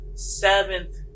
Seventh